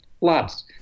lots